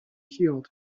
healed